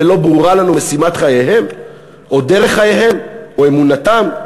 ולא ברורה לנו משימת חייהם או דרך חייהם או אמונתם?